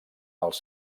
els